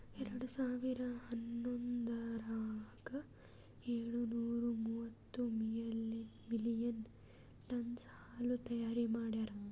ಎರಡು ಸಾವಿರಾ ಹನ್ನೊಂದರಾಗ ಏಳು ನೂರಾ ಮೂವತ್ತು ಮಿಲಿಯನ್ ಟನ್ನ್ಸ್ ಹಾಲು ತೈಯಾರ್ ಮಾಡ್ಯಾರ್